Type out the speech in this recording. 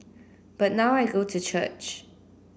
but now I go to church